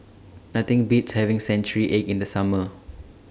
Nothing Beats having Century Egg in The Summer